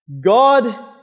God